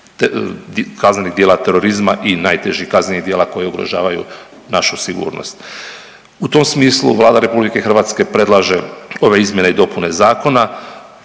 kaznenih djela terorizma i najtežih kaznenih djela koje ugrožavaju našu sigurnost. U tom smislu Vlada RH predlaže ove izmjene i dopune zakona